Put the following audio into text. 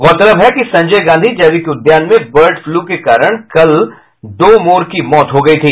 गौरतलब है कि संजय गांधी जैविक उद्यान में बर्ड फ्लू के कारण दो मोर की मौत हो गयी थी